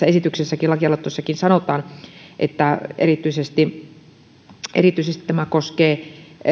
esityksessä lakialoitteessa sanotaan että erityisesti erityisesti tämä koskee